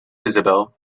isabel